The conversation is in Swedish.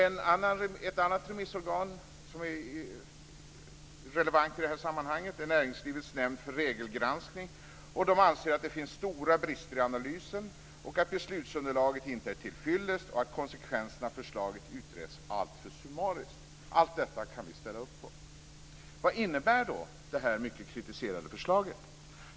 Ett annan remissorgan som är relevant i det här sammanhanget är Näringslivets nämnd för regelgranskning. De anser att det finns stora brister i analysen, att beslutsunderlaget inte är tillfyllest och att konsekvenserna av förslaget utretts alltför summariskt. Allt detta kan vi ställa upp på. Vad innebär då det här mycket kritiserade förslaget?